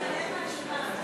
איימן עודה,